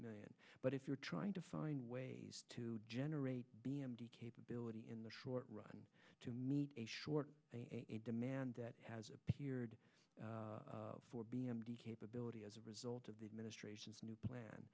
million but if you're trying to find ways to generate b m d capability in the short run to meet a short demand that has appeared for b m d capability as a result of the administration's new plan